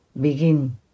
begin